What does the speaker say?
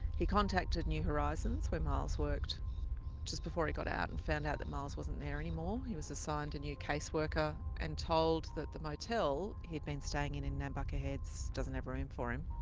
he contacted new horizons where miles worked just before he got out and found out that miles wasn't there anymore. he was assigned a new caseworker and told that the motel he had been staying in in nambucca heads doesn't have room for him